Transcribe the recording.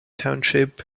township